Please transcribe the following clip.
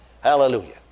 Hallelujah